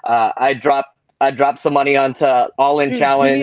i dropped ah dropped some money onto all end challenge.